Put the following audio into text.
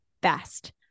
best